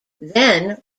then